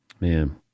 Man